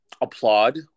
applaud